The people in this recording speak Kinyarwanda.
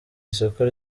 isoko